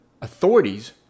authorities